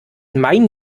mein